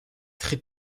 très